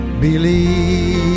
believe